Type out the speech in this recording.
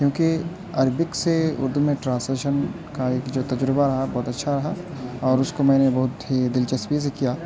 کیونکہ عربک سے اردو میں ٹرانسلیشن کا ایک جو تجربہ رہا وہ بہت اچھا رہا اور اس کو میں نے بہت ہی دلچسپی سے کیا